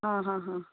आ हा हा